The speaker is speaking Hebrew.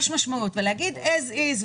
להגיד "as is",